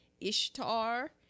Ishtar